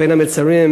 בין המצרים,